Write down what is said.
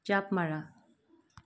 জাঁপ মৰা